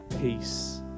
peace